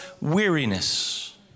weariness